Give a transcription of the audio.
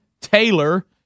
Taylor